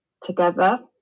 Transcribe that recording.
together